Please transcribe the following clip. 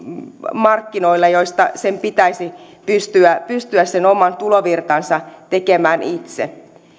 markkinoilla joista sen pitäisi pystyä pystyä oma tulovirtansa tekemään itse